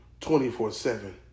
24-7